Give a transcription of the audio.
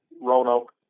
Roanoke